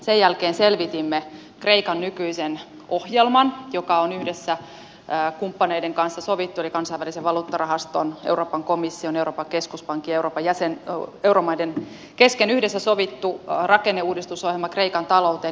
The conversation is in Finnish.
sen jälkeen selvitimme kreikan nykyisen ohjelman joka on yhdessä kumppaneiden kanssa sovittu eli kansainvälisen valuuttarahaston euroopan komission euroopan keskuspankin euromaiden kesken yhdessä sovittu rakenneuudistusohjelma kreikan talouteen